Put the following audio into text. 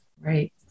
Right